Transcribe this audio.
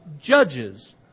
judges